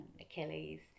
Achilles